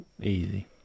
easy